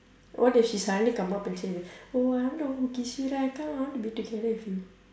what if she suddenly come up and say that oh I'm the one who kiss you right come I want to be together with you